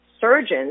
surgeons